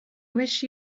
wish